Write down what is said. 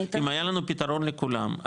אם היה לנו פתרון לכולם,